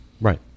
Right